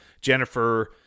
Jennifer